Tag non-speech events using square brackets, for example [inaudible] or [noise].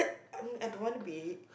[noise] um I don't want to be